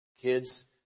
kids